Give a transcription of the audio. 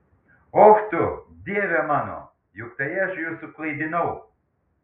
och tu dieve mano juk tai aš jus suklaidinau